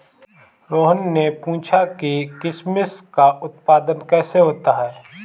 रोहन ने पूछा कि किशमिश का उत्पादन कैसे होता है?